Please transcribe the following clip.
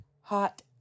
hot